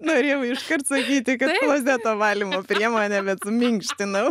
norėjau iškart sakyti kad klozeto valymo priemonė bet suminkštinau